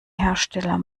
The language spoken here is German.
hersteller